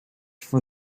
for